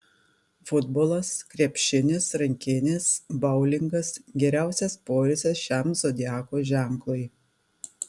futbolas krepšinis rankinis boulingas geriausias poilsis šiam zodiako ženklui